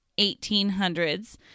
1800s